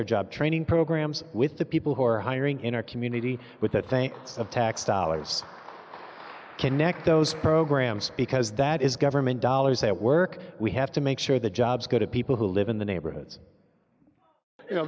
our job training programs with the people who are hiring in our community with that think of tax dollars connect those programs because that is government dollars at work we have to make sure the jobs go to people who live in the neighborhoods you know